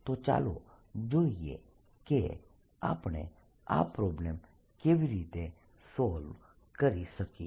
તો ચાલો જોઈએ કે આપણે આ પ્રોબ્લમ કેવી રીતે સોલ્વ કરી શકીએ